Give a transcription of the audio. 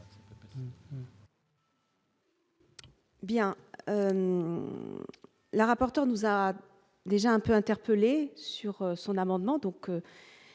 Bien la rapporteure nous a déjà un peu interpellé sur son amendement,